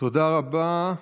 תודה רבה.